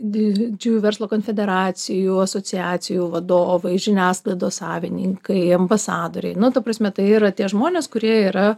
didžiųjų verslo konfederacijų asociacijų vadovai žiniasklaidos savininkai ambasadoriai nu ta prasme tai yra tie žmonės kurie yra